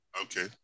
Okay